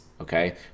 okay